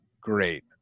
great